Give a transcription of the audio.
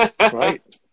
Right